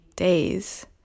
days